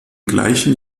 gleichen